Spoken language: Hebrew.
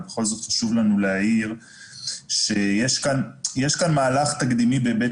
ובכל זאת חשוב לנו להעיר שיש כאן מהלך תקדימי בהיבט